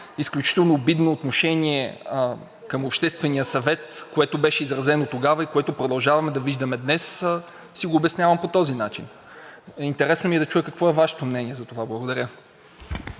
изключително обидно отношение към Обществения съвет, което беше изразено тогава и което продължаваме да виждаме днес, си го обяснявам по този начин. Интересно ми е да чуя какво е Вашето мнение за това? Благодаря.